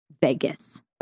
vegas